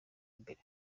imbere